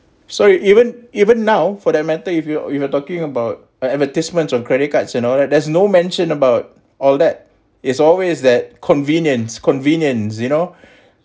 sorry even even now for that matter if you if you are talking about uh advertisements on credit cards and all that there's no mention about all that it's always that convenience convenience you know